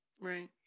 Right